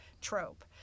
trope